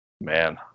Man